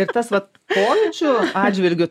ir tas vat pojūčių atžvilgiu